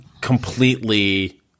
completely